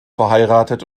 verheiratet